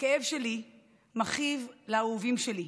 הכאב שלי מכאיב לאהובים שלי.